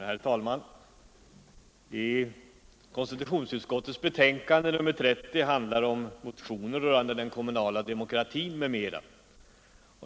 Herr talman! Konstitutionsutskottets betänkande nr 30 handlar om motioner rörande den kommunala demokratin m.m.